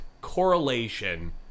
correlation